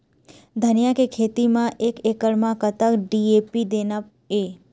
धनिया के खेती म एक एकड़ म कतक डी.ए.पी देना ये?